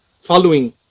following